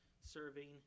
serving